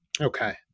Okay